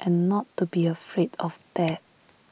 and not to be afraid of that